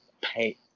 pay